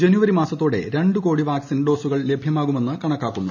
ജനുവരി മാസത്തോടെ രണ്ടു കോടി വാക്സിൻ ഡോസുകൾ ലഭ്യമാകുമെന്നാണ് കണക്കാക്കുന്നത്